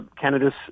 Canada's